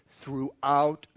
throughout